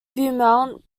beaumont